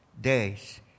days